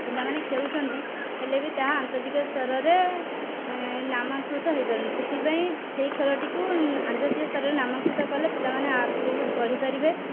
ପିଲାମାନେ ଖେଳୁଛନ୍ତି ହେଲେବି ତାହା ଆନ୍ତର୍ଜାତିକ ସ୍ତରରେ ନାମାଙ୍କିତ ହୋଇପାରୁନାହିଁ ସେଥିପାଇଁ ସେହି ଖେଳଟିକୁ ଆନ୍ତର୍ଜାତିକ ସ୍ତରରେ ନାମାଙ୍କିତ କଲେ ପିଲାମାନେ ଆଗକୁ ବଢ଼ିପାରିବେ